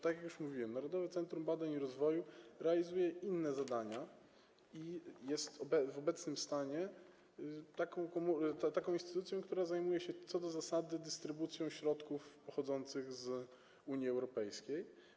Tak jak już mówiłem, Narodowe Centrum Badań i Rozwoju realizuje inne zadania i jest w obecnym stanie instytucją, która zajmuje się co do zasady dystrybucją środków pochodzących z Unii Europejskiej.